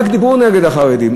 רק דיברו נגד החרדים.